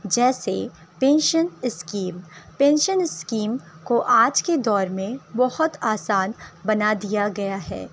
جیسے pension scheme pension scheme کو آج کے دور میں بہت آسان بنا دیا گیا ہے